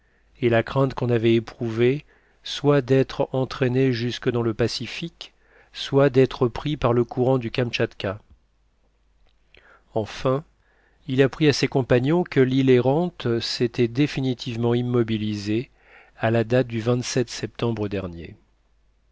et la crainte qu'on avait éprouvée soit d'être entraînés jusque dans le pacifique soit d'être pris par le courant du kamtchatka enfin il apprit à ses compagnons que l'île errante s'était définitivement immobilisée à la date du septembre dernier